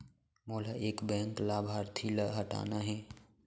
मोला एक बैंक लाभार्थी ल हटाना हे?